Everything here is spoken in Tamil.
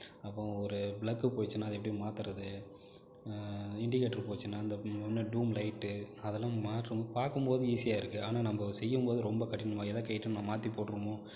அப்புறம் ஒரு ப்ளக்கு போய்ச்சுன்னா எப்படி மாற்றுறது இண்டிகேட்டர் போய்ச்சுன்னா அந்த அந்த டூம் லைட்டு அதெல்லாம் பார்க்கும் போது ஈஸியா இருக்குது ஆனால் நம்ம செய்யும் போது ரொம்ப கடினமா எதை கழட்டனும் மாற்றி போட்டுருவோமோ